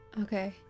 Okay